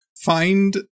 Find